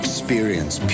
Experience